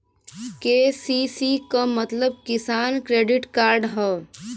KCC क मतलब किसान क्रेडिट कार्ड हौ